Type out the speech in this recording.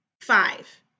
Five